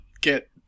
get